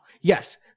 Yes